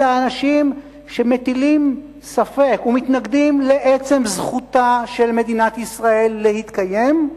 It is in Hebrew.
אלה אנשים שמטילים ספק ומתנגדים לעצם זכותה של מדינת ישראל להתקיים,